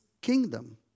kingdom